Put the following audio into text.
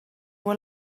were